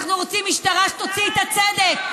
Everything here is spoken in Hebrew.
אנחנו רוצים משטרה שתוציא את הצדק.